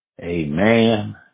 Amen